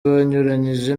banyuranyije